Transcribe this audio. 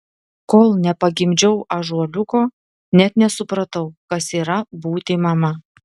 kol nepagimdžiau ąžuoliuko net nesupratau kas yra būti mama